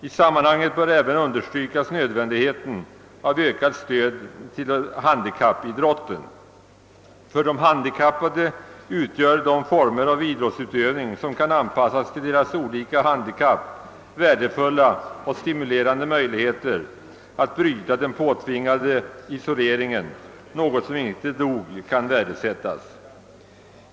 I detta sammanhang bör även understrykas nödvändigheten av ökat stöd till handikappidrotten. För de handikappade utgör de former av idrottsutövning som kan anpassas till olika handikapp värdefulla och stimulerande möjligheter att bryta den påtvingade isolering dessa människor lever i, något som inte nog kan värdesättas.